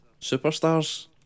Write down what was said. superstars